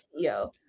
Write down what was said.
CEO